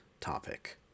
topic